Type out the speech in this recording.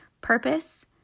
purpose